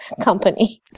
company